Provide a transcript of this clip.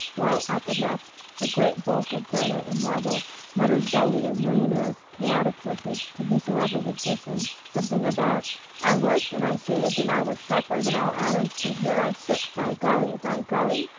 while at the left a great bulk of granite and marble muttered dully a millionaire's chaotic message to whosoever would listen something about i worked and i saved and i was sharper than all adam and here i sit, by golly, by golly!